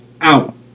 out